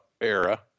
era